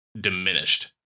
diminished